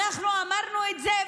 אנחנו אמרנו את זה,